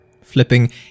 flipping